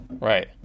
Right